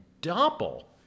double